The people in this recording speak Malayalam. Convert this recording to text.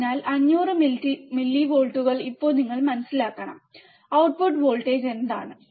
അതിനാൽ 500 മില്ലിവോൾട്ടുകൾ ഇപ്പോൾ നിങ്ങൾ മനസ്സിലാക്കണം ഔട്ട്പുട്ട് വോൾട്ടേജ് എന്താണ്